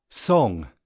song